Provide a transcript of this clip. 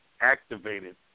activated